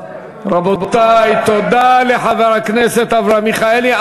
רבותי, תודה לחבר הכנסת אברהם מיכאלי.